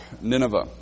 Nineveh